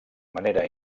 manera